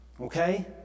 Okay